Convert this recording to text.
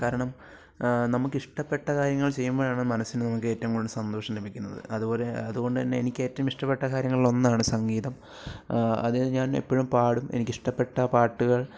കാരണം നമുക്ക് ഇഷ്ടപെട്ട കാര്യങ്ങൾ ചെയ്യുമ്പോഴാണ് മനസ്സിന് നമുക്ക് ഏറ്റവും കൂടുതൽ സന്തോഷം ലഭിക്കുന്നത് അതുപോലെ അതുകൊണ്ടുതന്നെ എനിക്ക് ഏറ്റവും ഇഷ്ടപ്പെട്ട കാര്യങ്ങളിലൊന്നാണ് സംഗീതം അതിൽ ഞാൻ എപ്പോഴും പാടും എനിക്കിഷ്ടപ്പെട്ട പാട്ടുകൾ